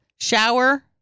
shower